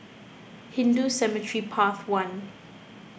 Hindu Cemetery Path one